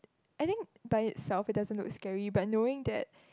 I think by itself it doesn't look scary but knowing that